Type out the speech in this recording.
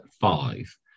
five